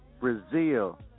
Brazil